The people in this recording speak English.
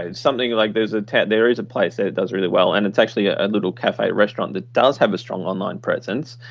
something like there is ah there is a place that does really well. and it's actually a little cafe restaurant that does have a strong online presence.